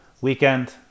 weekend